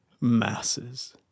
masses